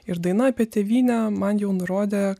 ir daina apie tėvynę man jau nurodė